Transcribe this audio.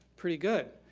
pretty good,